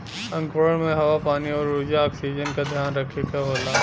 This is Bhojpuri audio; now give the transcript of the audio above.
अंकुरण में हवा पानी आउर ऊर्जा ऑक्सीजन का ध्यान रखे के होला